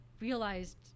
realized